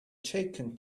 taken